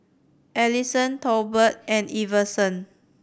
Alisson Tolbert and Iverson